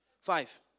Five